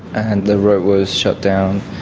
and the road was shut down.